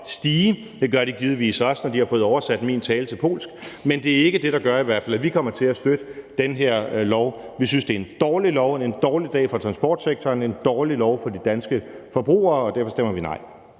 stige, og det gør de givetvis også, når man har fået oversat min tale til polsk. Men det er i hvert fald ikke det, der gør, at vi kommer til at støtte det her lovforslag. Vi synes, det er et dårligt lovforslag. Det er en dårlig dag for transportsektoren, og det er en dårlig lov for de danske forbrugere, og derfor stemmer vi nej.